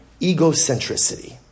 egocentricity